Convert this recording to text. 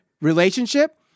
relationship